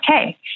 okay